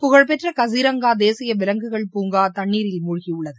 புகழ்பெற்ற காசி ரங்கா தேசிய விலங்குகள் பூங்கா தண்ணீரில் மூழ்கியுள்ளது